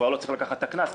כבר לא צריך לקחת את הקנס,